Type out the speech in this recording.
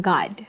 God